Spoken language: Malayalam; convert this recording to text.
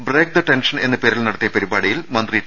ബ്രേക്ക് ദ ടെൻഷൻ എന്ന പേരിൽ നടത്തിയ പരിപാടിയിൽ മന്ത്രി ടി